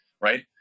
right